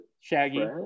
Shaggy